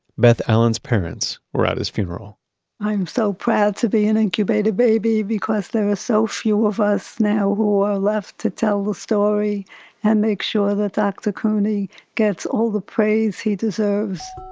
beth allen's parents were at his funeral i'm so proud to be an incubator baby because there are so few of us now who are left to tell the story and make sure that dr. couney gets all the praise he deserves